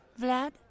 Vlad